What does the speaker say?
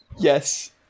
Yes